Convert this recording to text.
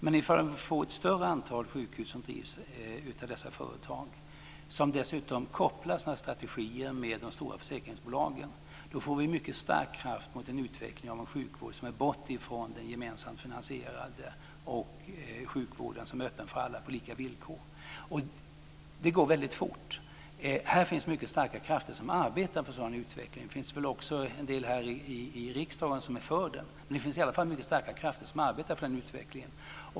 Men ifall vi får ett större antal sjukhus som drivs av dessa företag, som dessutom kopplar sina strategier till de stora försäkringsbolagen, så får vi en mycket stark kraft för en utveckling av en sjukvård som leder bort från den gemensamt finansierade sjukvården - den som är öppen för alla på lika villkor. Och det går väldigt fort. Det finns mycket starka krafter som arbetar för en sådan utveckling. Det finns väl också en del här i riksdagen som är för den.